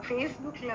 Facebook